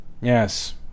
Yes